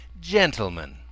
Gentlemen